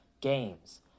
games